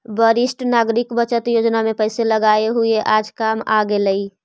वरिष्ठ नागरिक बचत योजना में पैसे लगाए हुए आज काम आ गेलइ